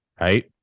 right